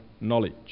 knowledge